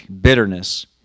bitterness